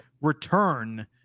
return